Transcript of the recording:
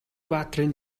баатрын